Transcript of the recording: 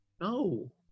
No